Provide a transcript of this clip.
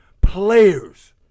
players